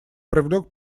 привлек